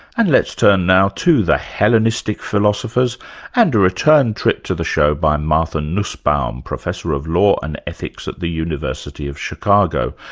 and let's turn now to the hellenistic philosophers and a return trip to the show by martha nussbaum, professor of law and ethics at the university of chicago,